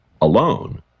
alone